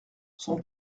son